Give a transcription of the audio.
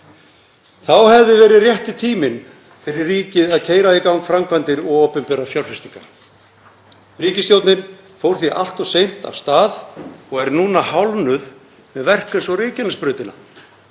Þá hefði verið rétti tíminn fyrir ríkið að keyra í gang framkvæmdir og opinberar fjárfestingar. Ríkisstjórnin fór því allt of seint af stað og er núna hálfnuð með verk eins og Reykjanesbrautina